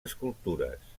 escultures